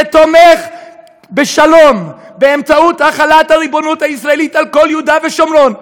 שתומך בשלום באמצעות החלת הריבונות הישראלית על כל יהודה ושומרון,